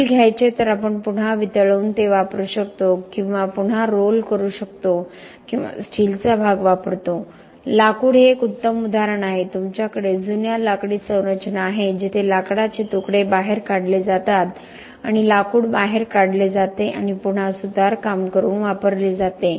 steel घ्यायचे तर आपण पुन्हा वितळवून ते वापरू शकतो किंवा पुन्हा रोल करू शकतो किंवा स्टीलचा भाग वापरतो लाकूड हे एक उत्तम उदाहरण आहे तुमच्याकडे जुन्या लाकडी संरचना आहेत जिथे लाकडाचे तुकडे बाहेर काढले जातात आणि लाकूड बाहेर काढले जाते आणि पुन्हा सुतार करून वापरले जाते